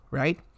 right